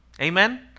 Amen